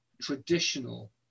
traditional